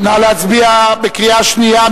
נא להצביע בקריאה שנייה,